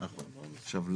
עכשיו,